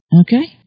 Okay